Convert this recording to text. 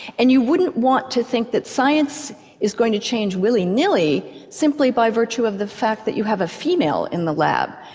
and you wouldn't want to think that science is going to change willy nilly simply by virtue of the fact that you have a female in the lab.